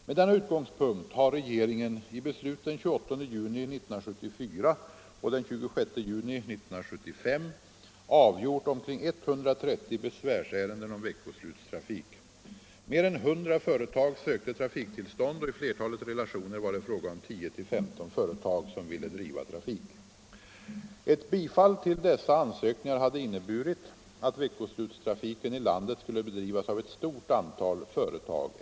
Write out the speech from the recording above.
Med denna utgångspunkt har regeringen i beslut den 28 juni och den 26 juni 1975 avgjort omkring 130 besvärsärenden om veckoslutstrafik. Mer än 100 företag sökte trafiktillstånd, och i flertalet relationer var det fråga om 10-15 företag som ville driva trafik. Ett bifall till dessa ansökningar hade inneburit att veckoslutstrafiken i landet skulle bedrivas av ett stort antal företag.